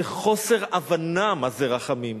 זה חוסר הבנה מה זה רחמים.